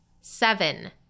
Seven